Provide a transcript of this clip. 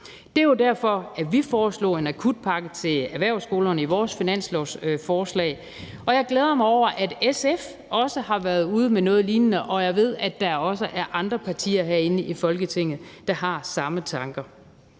Det var derfor, at vi foreslog en akutpakke til erhvervsskolerne i vores finanslovsforslag. Jeg glæder mig over, at SF også har været ude med noget lignende, og jeg ved, at der også er andre partier herinde i Folketinget, der har samme tanker.